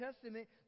Testament